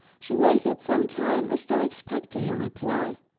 she waited some time as though expecting a reply.